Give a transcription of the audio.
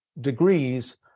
degrees